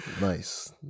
Nice